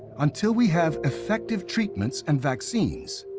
until we have effective treatments and vaccines,